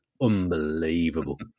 unbelievable